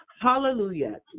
Hallelujah